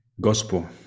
gospel